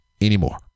anymore